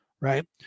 Right